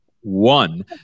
one